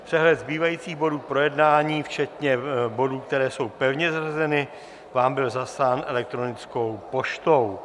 Přehled zbývajících bodů k projednání včetně bodů, které jsou pevně zařazeny, vám byl zaslán elektronickou poštou.